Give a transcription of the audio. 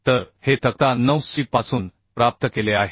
तर हे तक्ता 9 सी पासून प्राप्त केले आहे